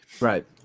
Right